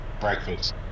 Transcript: breakfast